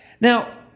Now